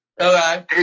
Okay